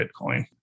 Bitcoin